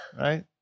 right